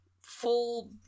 full